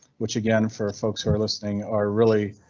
which again for folks who are listening are really.